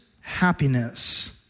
happiness